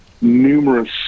numerous